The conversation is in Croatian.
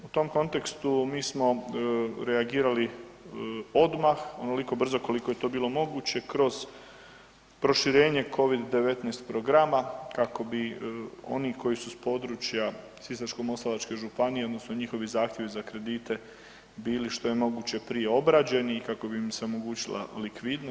U tom kontekstu mi smo reagirali odmah onoliko brzo koliko je to bilo moguće kroz proširenje Covid-19 programa kako bi oni koji su s područja Sisačko-moslavačke županije odnosno njihovi zahtjevi za kredite bili što je moguće prije obrađeni i kako bi im se omogućila likvidnost.